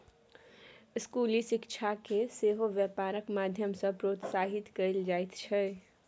स्कूली शिक्षाकेँ सेहो बेपारक माध्यम सँ प्रोत्साहित कएल जाइत छै